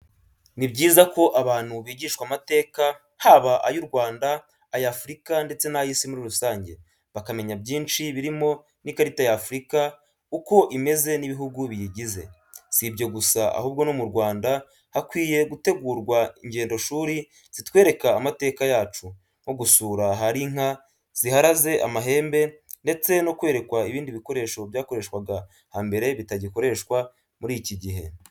Ni byiza ko abantu bigishwa amateka, haba ay’u Rwanda, ay’Afurika ndetse n’ay’isi muri rusange, bakamenya byinshi birimo n’ikarita y’Afurika, uko imeze n’ibihugu biyigize. Si ibyo gusa, ahubwo no mu Rwanda hakwiye gutegurwa ingendoshuri zitwereka amateka yacu, nko gusura ahari inka ziharaze amahembe, ndetse no kwerekwa ibindi bikoresho byakoresheshwaga hambere bitagikoreshwa muri iki gihe.